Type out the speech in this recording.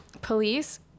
Police